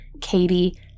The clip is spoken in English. Katie